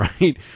right